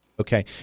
Okay